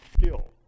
skill